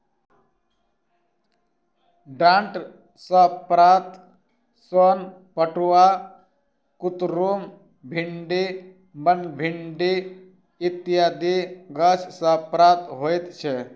डांट सॅ प्राप्त सोन पटुआ, कुतरुम, भिंडी, बनभिंडी इत्यादि गाछ सॅ प्राप्त होइत छै